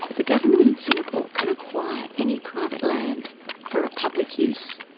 the government in singapore can acquire any private land for a public use.